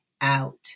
out